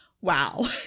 wow